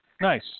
Nice